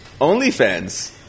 OnlyFans